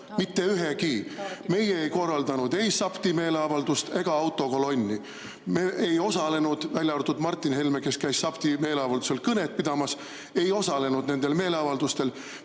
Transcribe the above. Mitte ühegi taga! Meie ei korraldanud ei SAPTK-i meeleavaldust ega autokolonni. Me ei osalenud, välja arvatud Martin Helme, kes käis SAPTK-i meeleavaldusel kõnet pidamas, nendel meeleavaldustel.